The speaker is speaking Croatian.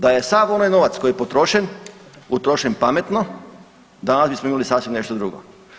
Da je sav onaj novac koji je potrošen utrošen pametno danas bismo imali sasvim nešto drugo.